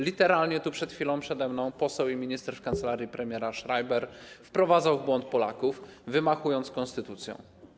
Literalnie tu przed chwilą przede mną poseł i minister w kancelarii premiera Schreiber wprowadzał Polaków w błąd, wymachując konstytucją.